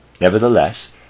Nevertheless